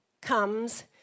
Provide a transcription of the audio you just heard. comes